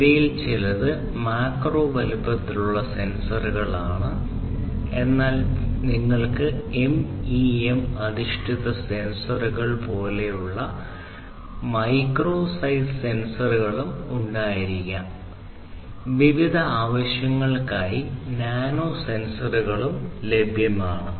ഇവയിൽ ചിലത് മാക്രോ ലഭ്യമാണ്